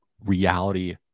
reality